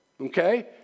Okay